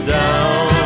down